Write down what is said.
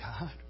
God